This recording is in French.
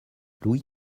louis